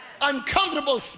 Uncomfortable